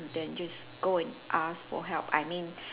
then you just go and ask for help I mean